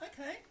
Okay